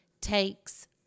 takes